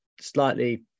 slightly